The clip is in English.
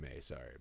sorry